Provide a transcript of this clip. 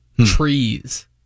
trees